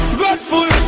grateful